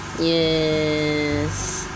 Yes